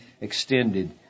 extended